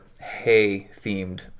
hay-themed